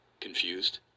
Confused